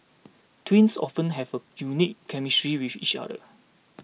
twins often have a unique chemistry with each other